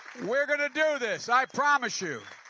we are going to do this. i promise you.